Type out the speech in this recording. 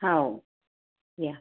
हो या